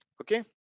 okay